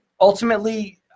ultimately